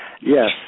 Yes